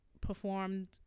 performed